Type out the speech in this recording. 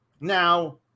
Now